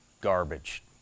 garbage